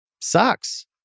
Sucks